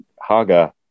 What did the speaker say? Haga